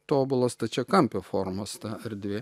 tobulo stačiakampio formos ta erdvė